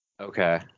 Okay